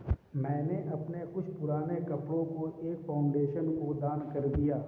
मैंने अपने कुछ पुराने कपड़ो को एक फाउंडेशन को दान कर दिया